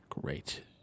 Great